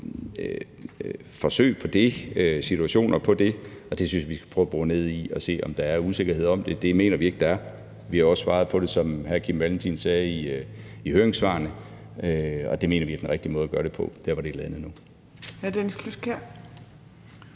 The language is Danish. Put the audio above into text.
forsøg på det, nogle situationer med det, og det synes jeg vi skal prøve at bore ned i, så vi kan se, om der er usikkerhed om det. Det mener vi ikke der er. Vi har også svaret på det, som hr. Kim Valentin sagde, i høringssvarene. Og vi mener, at der, hvor det er landet nu, er den